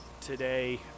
today